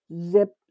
Zip